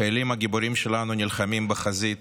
החיילים הגיבורים שלנו נלחמים בחזית